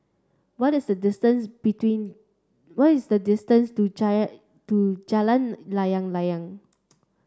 what is the distance between what is the distance to to Jalan Layang Layang